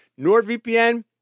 NordVPN